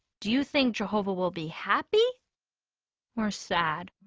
do you think jehovah will be happy or sad?